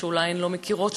שאולי הן לא מכירות,